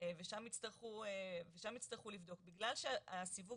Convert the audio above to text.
ושם יצטרכו לבדוק, בגלל שהסיווג